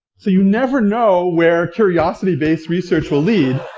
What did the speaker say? so you never know where curiosity-based research will lead,